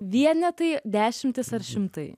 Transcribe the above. vienetai dešimtis ar šimtai